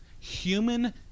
Human